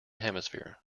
hemisphere